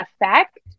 effect